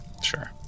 Sure